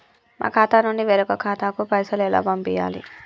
మా ఖాతా నుండి వేరొక ఖాతాకు పైసలు ఎలా పంపియ్యాలి?